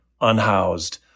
unhoused